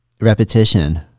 Repetition